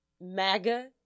MAGA